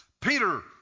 Peter